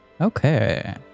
Okay